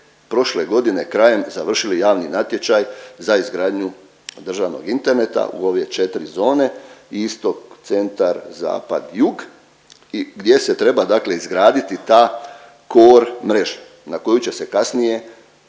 prošle godine krajem završili javni natječaj za izgradnju državnog interneta u ove 4 zone, Istok, Centar, Zapad, Jug i gdje se treba dakle izgraditi ta Core mreža na koju će se kasnije